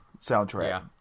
soundtrack